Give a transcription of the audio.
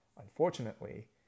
unfortunately